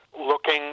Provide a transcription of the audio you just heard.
looking